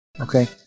Okay